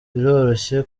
biroroshye